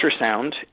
ultrasound